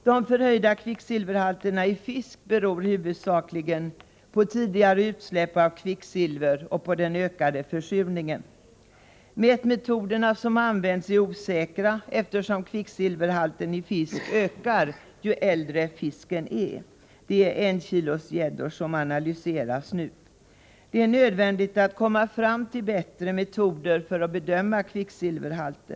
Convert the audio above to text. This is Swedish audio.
De förhöjda kvicksilverhalterna i fisk beror huvudsakligen på tidigare utsläpp av kvicksilver och den ökade försurningen. De mätmetoder som används är osäkra, eftersom kvicksilverhalten i fisk ökar med fiskens ålder. Det är enkilosgäddor som analyseras nu. Det är nödvändigt att komma fram till bättre metoder för att bedöma kvicksilverhalten.